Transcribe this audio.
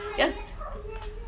just